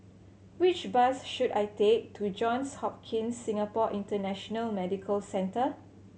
which bus should I take to Johns Hopkins Singapore International Medical Centre